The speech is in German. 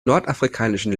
nordafrikanischen